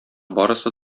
барысы